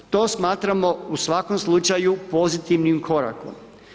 To smatramo u svakom slučaju pozitivnim korakom.